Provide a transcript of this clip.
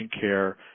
care